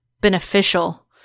beneficial